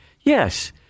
yes